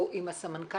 או עם הסמנכ"לים,